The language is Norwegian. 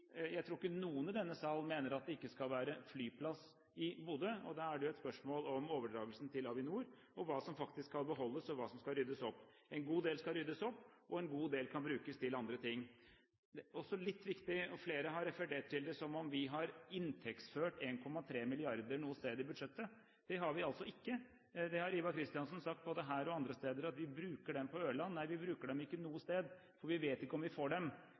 Jeg tror ikke noen i denne salen mener at det ikke skal være flyplass i Bodø. Da er det et spørsmål om overdragelsen til Avinor, og hva som faktisk skal beholdes, og hva som skal ryddes opp. En god del skal ryddes opp, og en god del kan brukes til andre ting. Noe annet som er viktig: Flere har referert til det som om vi har inntektsført 1,3 mrd. kr noe sted i budsjettet. Det har vi ikke. Ivar Kristiansen har sagt her og andre steder at vi bruker dem på Ørland. Nei, vi bruker dem ikke noe sted, for vi vet ikke om vi får dem.